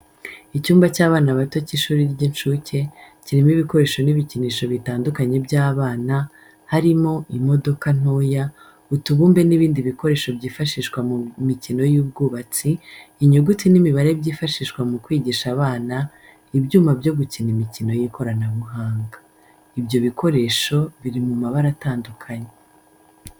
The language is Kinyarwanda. Icyumba cy’abana bato cy’ishuri ry’incuke, kirimo ibikoresho n'ibikinisho bitandukanye by'abana, harimo: imodoka ntoya, utubumbe n’ibindi bikoresho byifashishwa mu mikino y’ubwubatsi, inyuguti n’imibare byifashishwa mu kwigisha abana, ibyuma byo gukina imikino y'ikoranabuhanga. Ibyo bikoresho biri mubara atandukanye.